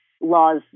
laws